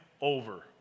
over